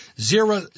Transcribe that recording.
Zero